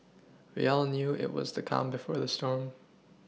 we all knew it was the calm before the storm